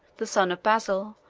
the son of basil,